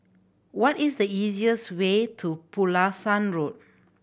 what is the easiest way to Pulasan Road